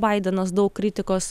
baidenas daug kritikos